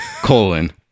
colon